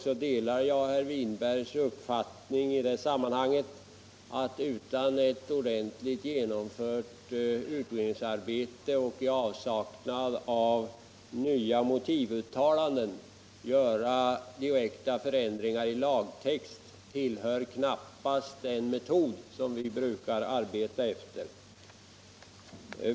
Jag delar herr Winbergs uppfattning, att metoden att utan ett ordentligt genomfört utredningsarbete och i avsaknad av nya motivuttalanden göra direkta förändringar i lagtext knappast är den som vi brukar tillämpa.